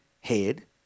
head